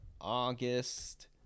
August